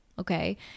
Okay